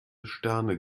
sterne